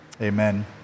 amen